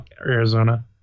Arizona